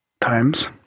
times